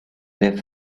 their